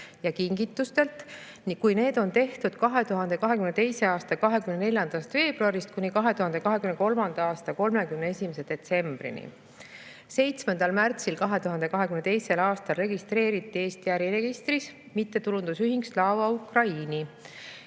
ja kingitustelt, mis on tehtud 2022. aasta 24. veebruarist kuni 2023. aasta 31. detsembrini. 7. märtsil 2022. aastal registreeriti Eesti äriregistris mittetulundusühing Slava Ukraini,